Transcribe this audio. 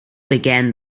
began